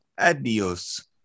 adios